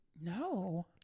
No